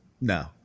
no